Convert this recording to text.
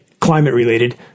climate-related